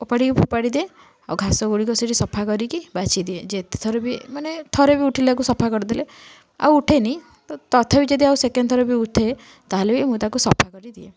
ଓପାଡ଼ିକି ଫୋପାଡ଼ିଦିଏ ଆଉ ଘାସ ଗୁଡ଼ିକ ସେଇଠି ସଫା କରିକି ବାଛି ଦିଏ ଯେତେ ଥର ବି ମାନେ ଥରେ ବି ଉଠିଲାକୁ ସଫା କରିଦେଲେ ଆଉ ଉଠେନି ତ ତଥାପି ଯଦି ଆଉ ସେକେଣ୍ଡ ଥର ଉଠେ ତାହେଲେ ବି ମୁଁ ତାକୁ ସଫା କରିଦିଏ